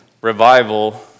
revival